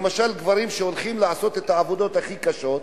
למשל גברים שהולכים לעשות את העבודות הכי קשות,